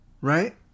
right